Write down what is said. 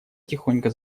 тихонько